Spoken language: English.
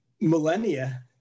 millennia